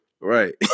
Right